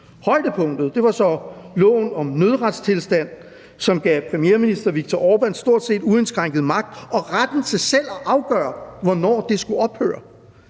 Højdepunktet var så loven om nødretstilstanden, som gav premierminister Viktor Orbán stort set uindskrænket magt og retten til selv at afgøre, hvornår det skulle ophøre.